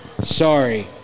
sorry